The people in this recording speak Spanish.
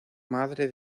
madre